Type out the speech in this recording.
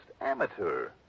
amateur